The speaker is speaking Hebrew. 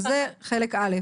יש חלק ב',